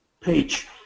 page